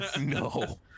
no